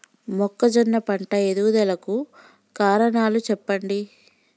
మొక్కజొన్న పంట ఎదుగుదల కు కారణాలు చెప్పండి?